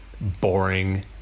boring